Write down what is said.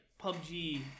PUBG